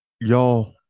Y'all